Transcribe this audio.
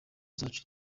zacu